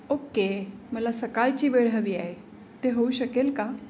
okay मला सकाळची वेळ हवी आहे ते होऊ शकेल का